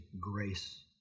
grace